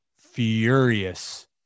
furious